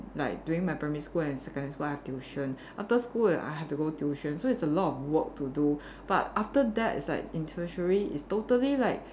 like during my primary school and secondary school I have tuition after school I have to go tuition so it's a lot of work to do but after that it's like in tertiary it's totally like